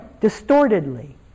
distortedly